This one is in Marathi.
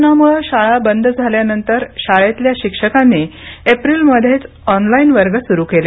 कोरोनामुळे शाळा बंद झाल्यानंतर शाळेतल्या शिक्षकांनी एप्रिलमध्येच ऑनलाइन वर्ग सुरू केले